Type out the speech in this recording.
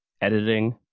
editing